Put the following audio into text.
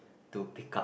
to pick up